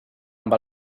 amb